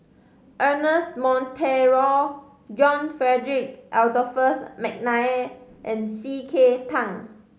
Ernest Monteiro John Frederick Adolphus McNair and C K Tang